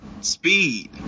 speed